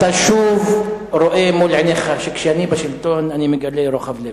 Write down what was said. אתה שוב רואה מול עיניך שכשאני בשלטון אני מגלה רוחב לב.